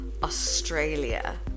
Australia